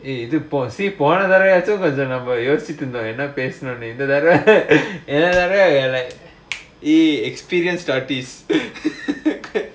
eh போன தடவ நாம யோசிச்சிடிருந்தோம் இந்த தடவ:pona thadava namma yosichchitrunthom indha thadava eh experienced artist